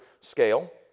scale